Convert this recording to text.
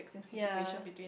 ya